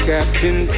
Captain